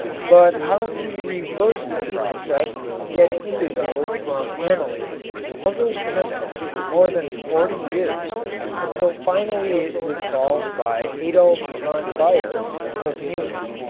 but how to reverse the process and get indigo from aniline puzzled chemists for more than forty years until finally it was solved by adolf von baeyer of munich,